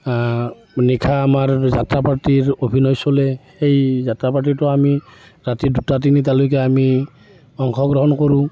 নিশা আমাৰ যাত্ৰা পাৰ্টিৰ অভিনয় চলে সেই যাত্ৰা পাৰ্টিতো আমি ৰাতি দুটা তিনিটালৈকে আমি অংশগ্ৰহণ কৰোঁ